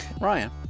Ryan